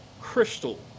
crystal